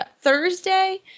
Thursday